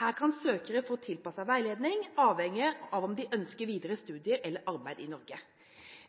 Her kan søkere få tilpasset veiledning avhengig av om de ønsker videre studier eller arbeid i Norge.